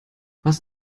was